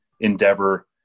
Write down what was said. endeavor